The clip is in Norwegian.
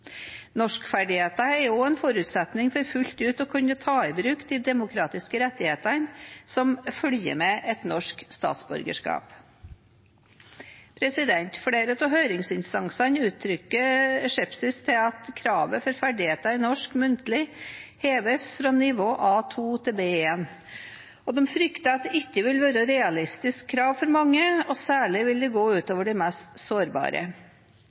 Norskferdigheter er også en forutsetning for fullt ut å kunne ta i bruk de demokratiske rettighetene som følger med et norsk statsborgerskap. Flere av høringsinstansene uttrykker skepsis til at kravet til ferdigheter i norsk muntlig heves fra nivå A2 til B1, og de frykter at dette ikke vil være et realistisk krav for mange, og særlig vil det gå ut over de mest sårbare.